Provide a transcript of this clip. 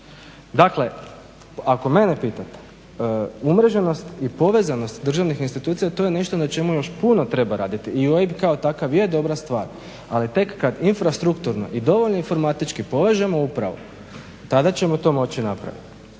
Dakle ako mene pitate umreženost i povezanost državnih institucija to je nešto na čemu još puno treba raditi i OIB kao takav je dobra stvar ali tek kada infrastrukturno i dovoljno informatički povežemo upravu tada ćemo to moći napraviti.